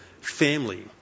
family